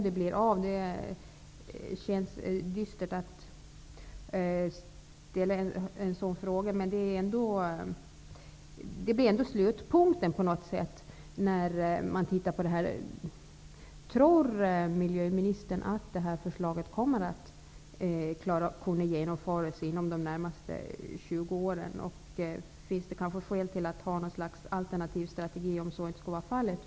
Det känns dystert att fråga om det blir av, men det är ju ändå slutpunkten. Tror miljöministern att förslaget kommer att kunna genomföras inom de närmaste 20 åren? Finns det skäl till ett slags alternativ strategi om så inte skulle vara fallet?